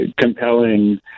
compelling